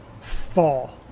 fall